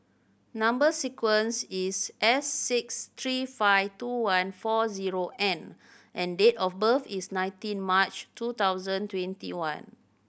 number sequence is S six three five two one four zero N and date of birth is nineteen March two thousand twenty one